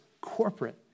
corporate